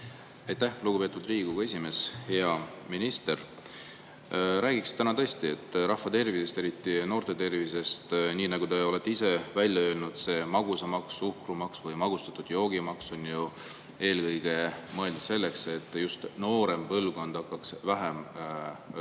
Aitäh, lugupeetud Riigikogu esimees! Hea minister! Räägiks täna tõesti rahva tervisest, eriti noorte tervisest. Nii nagu te olete ise öelnud, see magusamaks, suhkrumaks või magustatud joogi maks on eelkõige mõeldud selleks, et just noorem põlvkond hakkaks vähem tarbima